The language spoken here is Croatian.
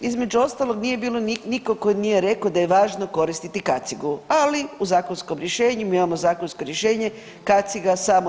Između ostalog nije bilo nikog tko nije rekao da je važno koristiti kacigu, ali u zakonskom rješenju, mi imamo zakonsko rješenje kaciga samo